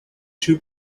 too